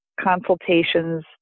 consultations